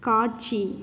காட்சி